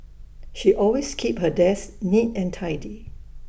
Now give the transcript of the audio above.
she always keeps her desk neat and tidy